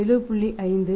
5 14